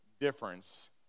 difference